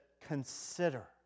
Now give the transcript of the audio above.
consider